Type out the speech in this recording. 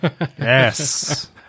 Yes